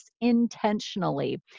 intentionally